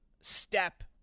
step